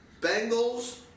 Bengals